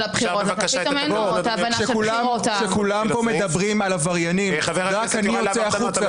כולם כאן מדברים על עבריינים ורק אני מדבר יוצא החוצה.